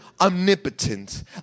omnipotent